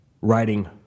writing